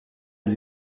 els